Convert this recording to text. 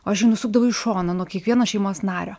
o aš nusukdavau į šoną nuo kiekvieno šeimos nario